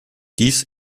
dies